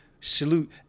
salute